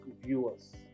viewers